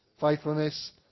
faithfulness